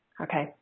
okay